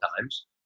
times